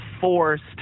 forced